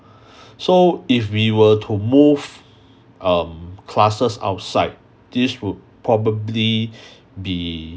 so if we were to move um classes outside this would probably be